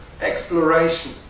exploration